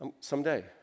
someday